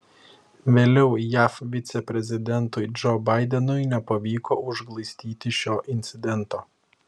vėliau jav viceprezidentui džo baidenui nepavyko užglaistyti šio incidento